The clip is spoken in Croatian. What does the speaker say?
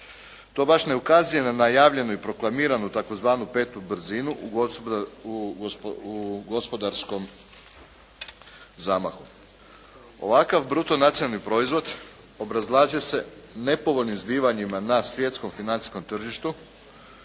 To baš ne ukazuje na najavljenu i proklamiranu tzv. 5. brzinu u gospodarskom zamahu. Ovakav bruto nacionalni proizvod obrazlaže se nepovoljnim zbivanjima na svjetskom financijskom tržištu